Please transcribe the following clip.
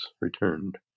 returned